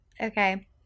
Okay